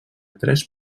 tres